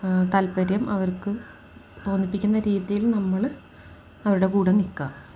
താൽപര്യം അവർക്ക് തോന്നിപ്പിക്കുന്ന രീതിയിൽ നമ്മൾ അവരുടെ കൂടെ നിൽക്കുക